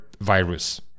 virus